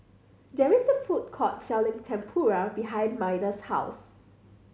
there is a food court selling Tempura behind Maida's house